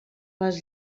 les